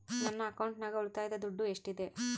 ನನ್ನ ಅಕೌಂಟಿನಾಗ ಉಳಿತಾಯದ ದುಡ್ಡು ಎಷ್ಟಿದೆ?